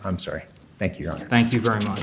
i'm sorry thank you thank you very much